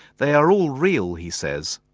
they are all real he says,